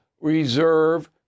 reserve